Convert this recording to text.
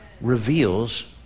reveals